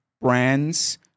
brands